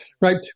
right